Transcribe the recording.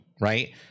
right